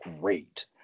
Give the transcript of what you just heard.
great